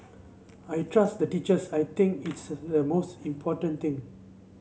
I trust the teachers I think it's the most important thing